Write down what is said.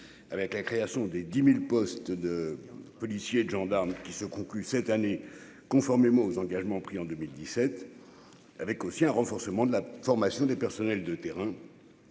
avec la création des 10000 postes de policiers et de gendarmes qui se conclut cette année conformément aux engagements pris en 2017 avec aussi un renforcement de la formation des personnels de terrain